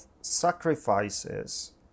sacrifices